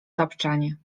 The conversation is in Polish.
tapczanie